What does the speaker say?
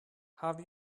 have